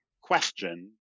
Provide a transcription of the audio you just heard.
question